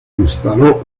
instaló